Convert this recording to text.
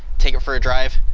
take it for a drive,